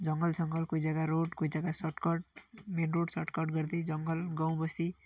जङ्गल सङ्गल कोही जग्गा रोड कोही जग्गा सर्टकट मेन रोड सर्टकट गर्दै जङ्गल गाउँ बस्ती